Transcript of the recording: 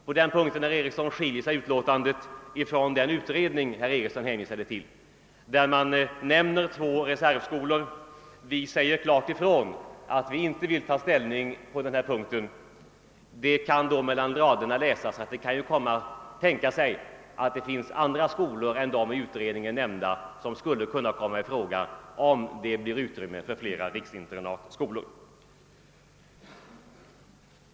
På den punkten, herr Eriksson, skiljer sig utlåtandet från den utredning som herr Eriksson hänvisade till och vari nämnes två reservskolor. Vi säger klart ifrån att vi inte vill ta ställning på denna punkt. Mellan raderna kan då läsas att man kan tänka sig att det finns andra skolor än de av utredningen nämnda som skulle kunna komma i fråga om det bleve utrymme för flera riksinternatskolor.